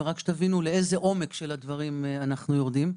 רק תבינו לאיזה עומק אנחנו יורדים בדברים,